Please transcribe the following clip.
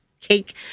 cake